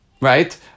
Right